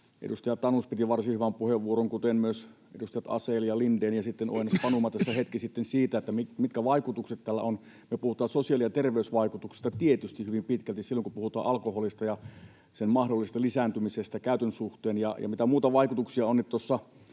Edustaja Tanus piti varsin hyvän puheenvuoron, kuten myös edustajat Asell, Lindén ja Oinas-Panuma, tässä hetki sitten siitä, mitkä vaikutukset tällä on. Me puhutaan sosiaali- ja terveysvaikutuksista tietysti hyvin pitkälti silloin, kun puhutaan alkoholista ja sen mahdollisesta lisääntymisestä käytön suhteen. Mitä muita vaikutuksia on, niin kun tuossa